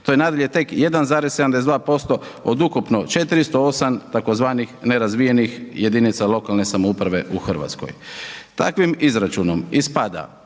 To je nadalje tek 1,72% od ukupno 408 tzv. nerazvijenih jedinica lokalne samouprave u Hrvatskoj. Takvim izračunom ispada